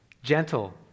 gentle